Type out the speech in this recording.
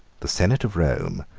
the senate of rome,